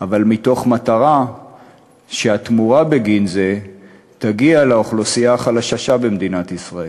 אבל מתוך מטרה שהתמורה בגין זה תגיע לאוכלוסייה החלשה במדינת ישראל,